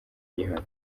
gihano